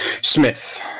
Smith